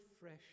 fresh